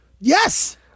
Yes